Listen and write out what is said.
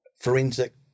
forensic